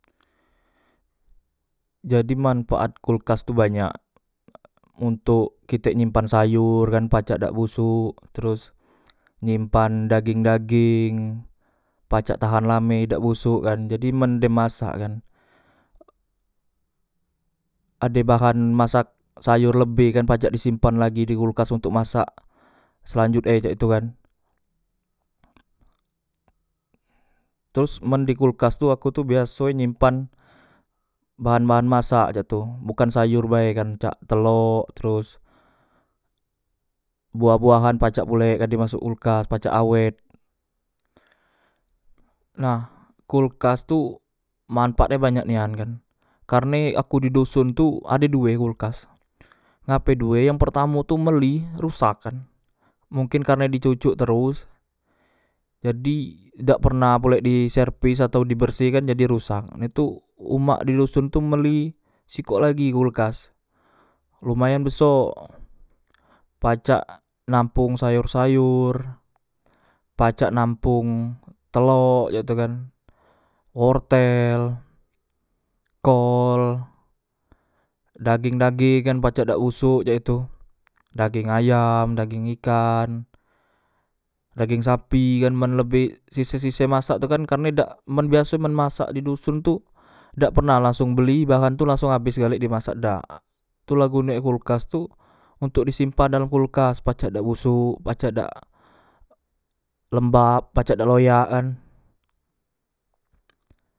Jadi manpaat kulkas tu banyak ontok kitek nyimpan sayor kan pacak dak busuk teros nyimpan dageng dageng pacak tahan lame dak boson kan jadi men dem masak kan ade bahan masak sayor lebe kan pacak disimpan lagi di kuklas ontok masak selanjut e cak tu kan teros men di kulkas tu aku tu biaso e nyimpan bahan bahan masak cak tu bukan sayor bae kan cak telok teros buah buahan pacak pulek na dimasok kulkas pacak awet nah kulkas tu manpaat e banyak nian kan karne aku di doson tu ade due kulkas ngape due yang pertamo tu beli rusak kan mungkin karno di cocok teros jadi dak pernah pulek di serpis atau di bersike jadi rusak itu umak di doson tu beli sikok lagi kulkas lumayan besok pacak nampung sayur sayur pacak nampung telok cak tu kan wortel kol dageng dageng kan pacak dak busuk cak tu dageng ayam dageng ikan dageng sapi kan men lebe sise sise masak tu kan karne dak men biaso masak di doson tu dak pernah langsong beli bahan tu langsong abes dimasak dak tula gunek kulkas tu ontok di simpan dalam kulkas pacak dak busuk pacak lembab pacak dak loyak kan